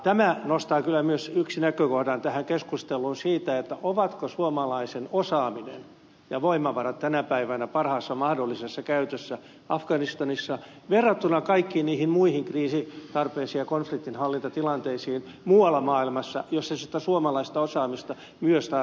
tämä nostaa kyllä myös tähän keskusteluun näkökohdan siitä ovatko suomalainen osaaminen ja voimavarat tänä päivänä parhaassa mahdollisessa käytössä afganistanissa verrattuna muualla maailmassa kaikkiin niihin muihin kriisitarpeisiin ja konfliktinhallintatilanteisiin joissa sitä suomalaista osaamista myös tarvittaisiin